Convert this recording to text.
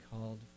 called